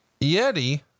Yeti